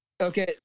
Okay